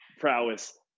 prowess